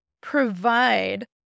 provide